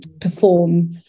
perform